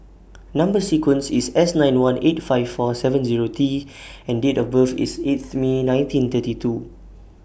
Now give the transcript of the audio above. Number sequence IS S nine one eight five four seven Zero T and Date of birth IS eighth May nineteen thirty two